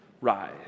rise